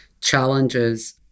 challenges